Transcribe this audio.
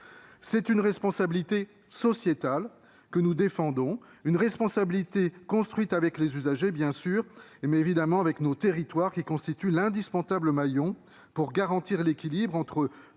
C'est une responsabilité sociétale que nous défendons. Elle est bien sûr construite avec les usagers, mais également avec nos territoires, qui constituent l'indispensable maillon garantissant l'équilibre entre